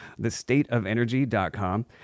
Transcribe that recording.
Thestateofenergy.com